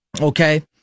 okay